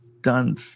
done